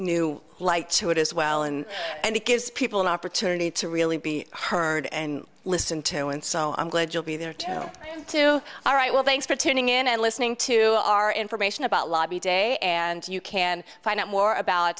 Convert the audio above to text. new light to it as well and and it gives people an opportunity to really be heard and listened to and so i'm glad you'll be there to tell them to all right well thanks for tuning in and listening to our information about lobby day and you can find out more about